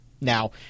Now